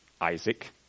isaac